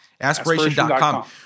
Aspiration.com